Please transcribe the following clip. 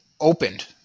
opened